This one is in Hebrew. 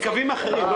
לקווים אחרים.